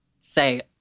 say